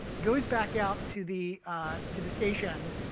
goes back out to the to the station.